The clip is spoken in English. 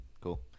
Cool